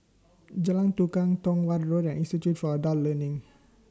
Jalan Tukang Tong Watt Road and Institute For Adult Learning